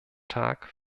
tag